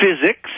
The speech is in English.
physics